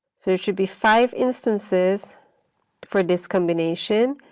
so it should be five instances for this combination.